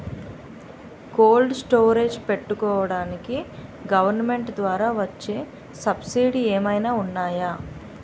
Cold storage పెట్టుకోడానికి government ద్వారా వచ్చే సబ్సిడీ ఏమైనా ఉన్నాయా?